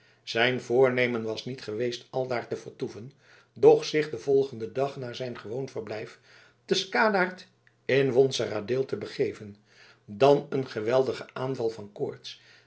zijn voornemen was niet geweest aldaar te vertoeven doch zich den volgenden dag naar zijn gewoon verblijf bij scadaert in wonseradeel te begeven dan een geweldige aanval van koorts